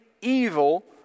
evil